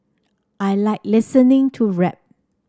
I like listening to rap